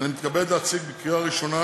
אני מתכבד להציג לקריאה ראשונה